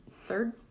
third